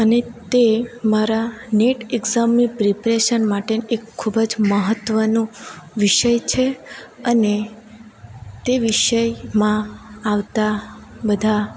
અને તે મારા નેટ એક્ઝામની પ્રિપરેશન માટે એક ખૂબ જ મહત્ત્વનો વિષય છે અને તે વિષયમાં આવતા બધા